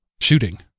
shooting